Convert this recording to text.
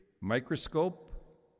microscope